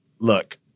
look